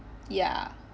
ya